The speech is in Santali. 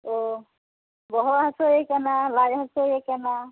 ᱚᱻ ᱵᱚᱦᱚᱜ ᱦᱟᱥᱩᱭᱮ ᱠᱟᱱᱟ ᱞᱟᱡᱽ ᱦᱟᱥᱩᱭᱮ ᱠᱟᱱᱟ